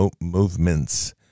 movements